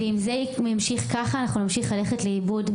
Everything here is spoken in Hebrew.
אם זה ימשיך ככה, אנחנו נמשיך ללכת לאיבוד.